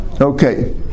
okay